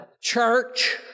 church